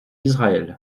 israël